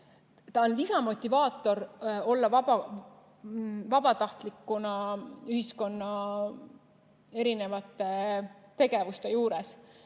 on lisamotivaator, olemaks vabatahtlikuna ühiskonna erinevate tegevuste juures.